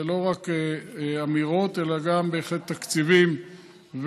אלה לא רק אמירות אלא גם בהחלט תקציבים ועבודה,